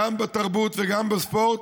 גם בתרבות וגם בספורט,